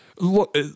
look